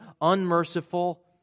unmerciful